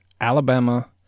Alabama